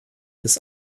des